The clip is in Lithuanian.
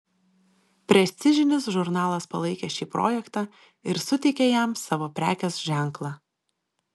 prestižinis žurnalas palaikė šį projektą ir suteikė jam savo prekės ženklą